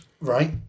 Right